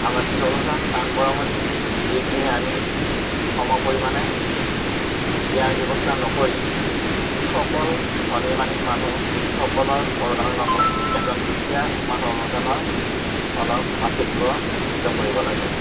আমাৰ যি অনুদান দান বৰঙণি এইখিনি আমি সম পৰিমাণে দিয়াৰ ব্যৱস্থা নকৰি যিসকল ধনী মানি মানুহ তেখেতসকলৰ অনুদানৰ লগত এজন দুখীয়া মানুহৰ অনুদানৰ অলপ পাৰ্থক্য নিশ্চিত কৰিব লাগে